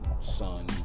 son